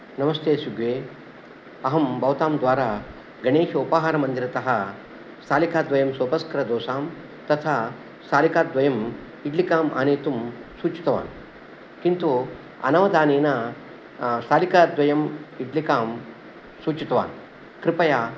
नमस्ते स्विग्गे अहं भवतां द्वारा गणेश उपाहारमन्दिरतः स्थालिकाद्वयं सोपस्करदोसां तथा स्थालिकाद्वयम् इड्लिकाम् आनेतुं सूचितवान् किन्तु अनवधानेन स्थालिकाद्वयम् इड्लिकां सूचितवान् कृपया